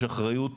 יש אחריות